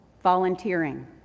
volunteering